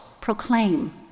proclaim